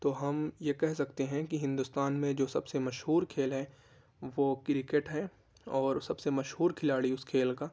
تو ہم یہ کہہ سکتے ہیں کہ ہندوستان میں جو سب سے مشہور کھیل ہے وہ کرکٹ ہے اور سب سے مشہور کھلاڑی اس کھیل کا